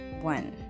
one